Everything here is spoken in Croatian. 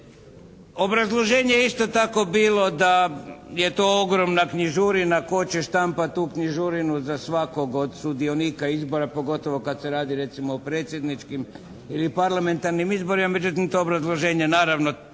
Obrazloženje je isto tako bilo da je to ogromna knjižurina. Tko će štampati tu knjižurinu za svakog od sudionika izbora pogotovo kad se radi recimo o predsjedničkim ili parlamentarnim izborima. Međutim to obrazloženje naravno